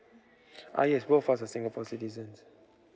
uh yes both of us is singapore citizens